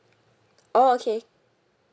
oh okay